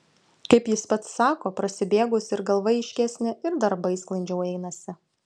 kaip jis pats sako prasibėgus ir galva aiškesnė ir darbai sklandžiau einasi